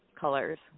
colors